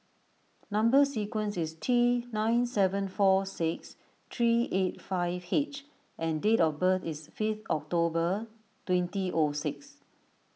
Number Sequence is T nine seven four six three eight five H and date of birth is fifth October twenty O six